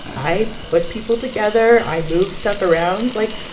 i put people together. i move stuff around. like,